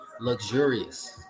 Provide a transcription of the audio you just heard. luxurious